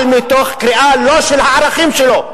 אבל מתוך קריאה, לא של הערכים שלו,